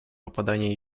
попадания